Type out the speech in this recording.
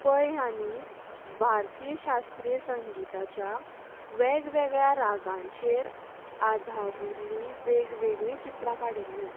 पै ह्यानी भारतीय शास्त्रीय संगिताच्या वेगवेगळ्या रागांचेर आदारिल्ली वेगवेगळीं चित्रां काडिल्लीं